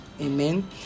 amen